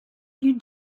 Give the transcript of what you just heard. you